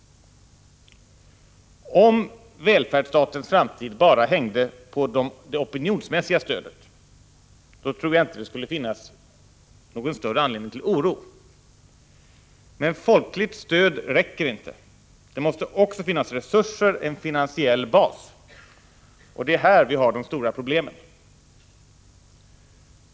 Om välfärdsstatens framtid bara hängde på det opinionsmässiga stödet, då tror jag inte att det skulle finnas någon större anledning till oro. Men folkli; stöd räcker inte. Det måste också finnas resurser, en finansiell bas. Och det är! här vi har de stora problemen.